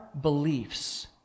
beliefs